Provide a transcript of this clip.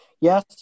Yes